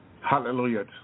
Hallelujah